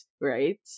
right